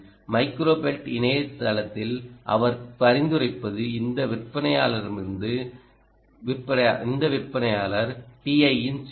micro belt இணையதளத்தில் அவர் பரிந்துரைப்பது இந்த விற்பனையாளரிடமிருந்து இந்த விற்பனையாளர் TI இன் சிப்